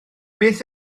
beth